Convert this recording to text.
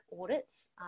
audits